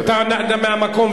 מהמקום,